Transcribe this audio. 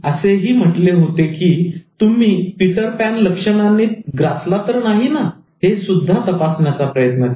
असे ही म्हटले होते की तुम्ही 'पीटर पॅन लक्षणांनी' ग्रासला तर नाही ना हेसुद्धा तपासण्याचा प्रयत्न करा